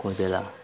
कोही बेला